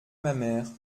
mamère